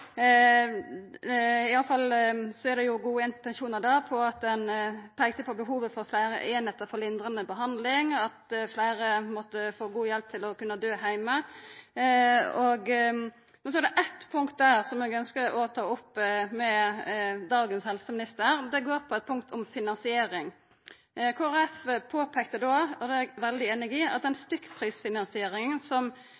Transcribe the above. i alle fall er det gode intensjonar der. Ein peikte på behovet for fleire einingar for lindrande behandling, og at fleire måtte få god hjelp til å kunna døy heime. Så er det eit punkt eg ønskjer å ta opp med dagens helseminister, og det gjeld finansiering. Kristeleg Folkeparti påpeikte då, og det er eg veldig einig i, at den stykkprisfinansieringa som ein